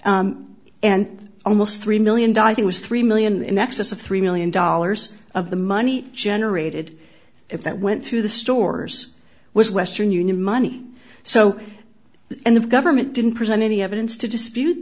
day and almost three million dollars it was three million dollars in excess of three million dollars of the money generated if that went through the stores was western union money so the government didn't present any evidence to dispute